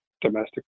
domestic